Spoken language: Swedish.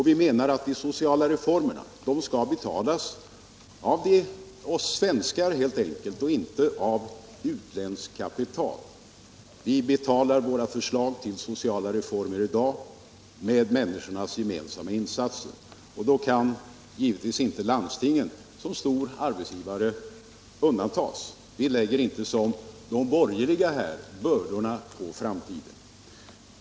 Vi anser att de sociala reformerna skall betalas av oss svenskar och inte av utländskt kapital. Vi betalar våra förslag till sociala reformer i dag med människornas gemensamma insatser. Då kan givetvis inte landstingen som stor arbetsgivare undantas. Vi lägger inte, som de borgerliga, bördorna på framtiden.